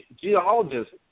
Geologists